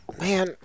Man